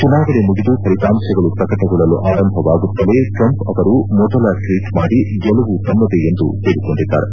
ಚುನಾವಣೆ ಮುಗಿದು ಫಲಿತಾಂಶಗಳು ಪ್ರಕಟಗೊಳ್ಳಲು ಆರಂಭವಾಗುತ್ತಲೆ ಟ್ರಂಪ್ ಅವರು ಮೊದಲ ಟ್ವೀಟ್ ಮಾಡಿ ಗೆಲವು ತಮ್ಮದೇ ಎಂದು ಹೇಳಿಕೊಂಡಿದ್ದಾರೆ